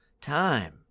Time